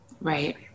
Right